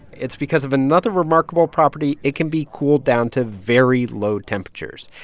it's because of another remarkable property. it can be cooled down to very low temperatures.